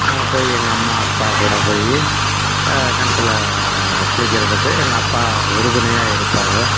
போய் எங்கள் அம்மா அப்பா கூட போய் கிணத்துல குளிக்கிறதுக்கு எங்கள் அப்பா உறுதுணையாக இருப்பார்